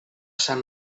sant